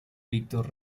víctor